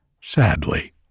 sadly